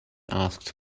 asked